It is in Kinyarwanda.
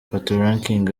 patoranking